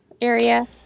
area